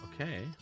Okay